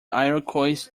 iroquois